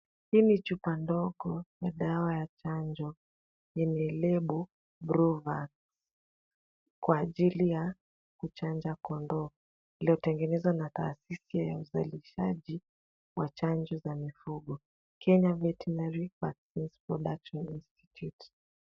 Hii ni chupa ndogo ya dawa ya chanjo yenye lebo Bluvax, kwa ajili ya kuchanja kondoo, iliyotengenezwa na taasisi ya uzalishaji wa chanjo za mifugo, Kenya Veterinary Vaccine Production Institute.